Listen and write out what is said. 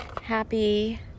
Happy